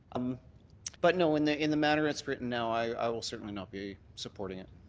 um but no, in the in the manner it's written now i will certainly not be supporting it.